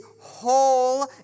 whole